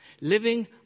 Living